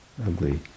ugly